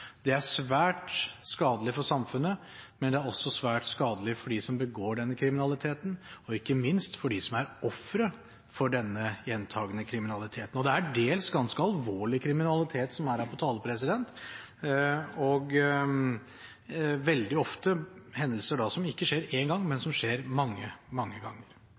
Det er svært skadelig for samfunnet, men det er også svært skadelig for dem som begår denne kriminaliteten, og ikke minst for dem som er ofre for denne gjentakende kriminaliteten. Det er dels ganske alvorlig kriminalitet som her er på tale, og veldig ofte hendelser som ikke skjer én gang, men som skjer mange, mange ganger.